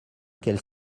quelles